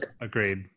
Agreed